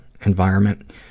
environment